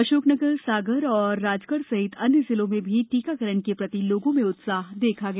अशोकनगर सागर और राजगढ़ सहित अन्य जिलों में भी टीकाकरण के प्रति लोगों में उत्साह देखा गया